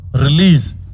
release